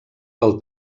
del